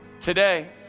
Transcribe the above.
today